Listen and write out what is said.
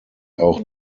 auch